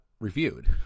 reviewed